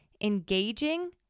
engaging